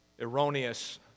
erroneous